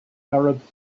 arabs